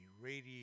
radio